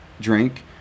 drink